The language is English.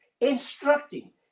instructing